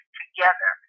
together